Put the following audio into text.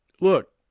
look